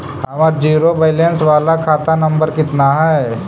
हमर zero balance बाला खाता नम्बर कितना है?